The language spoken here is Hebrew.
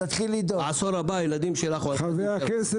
גברתי, בעשור הבא, הילדים שלך אולי יתחילו לראות.